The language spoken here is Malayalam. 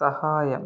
സഹായം